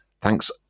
Thanks